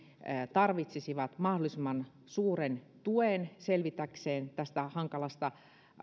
tarvitsisivat mahdollisimman suuren tuen selvitäkseen tästä hankalasta